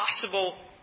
possible